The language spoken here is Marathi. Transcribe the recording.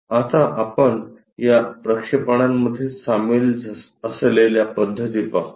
आता आपण या प्रक्षेपणांमध्ये सामील असलेल्या पद्धती पाहू